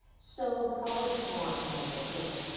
so we're probably going to want another table.